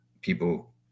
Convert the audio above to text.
people